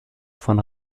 von